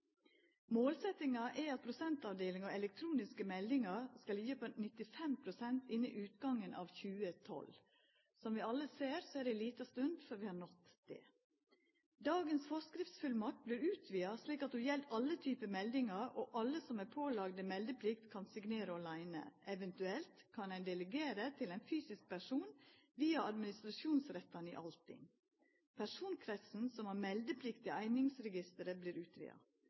er at prosentdelen av elektroniske meldingar skal liggja på 95 innan utgangen av 2012. Som vi alle ser, er det ei lita stund til vi har nådd det. Dagens forskriftsfullmakt vert utvida, slik at ho gjeld alle typar meldingar, og alle som er pålagde meldeplikt, kan signera åleine. Eventuelt kan ein delegera til ein fysisk person via administatorrettane i Altinn. Personkretsen som har meldeplikt i Einingsregisteret,